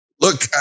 Look